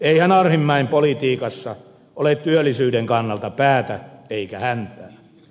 eihän arhinmäen politiikassa ole työllisyyden kannalta päätä eikä häntää